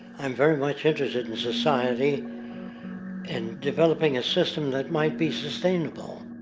i'm very much interested in society and developing a system that might be sustainable,